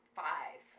five